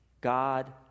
God